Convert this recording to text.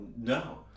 no